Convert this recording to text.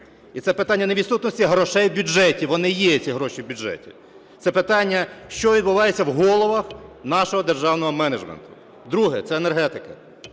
І це питання не відсутності грошей у бюджеті, вони є, ці гроші, у бюджеті. Це питання, що відбувається в головах нашого державного менеджменту. Друге - це енергетика.